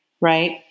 right